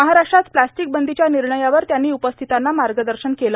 महाराष्ट्रात प्लास्टिक बंदीच्या निर्णयावर त्यांनी उपस्थितांना मार्गदर्शन केलं